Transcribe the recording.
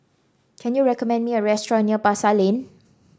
can you recommend me a restaurant near Pasar Lane